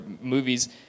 movies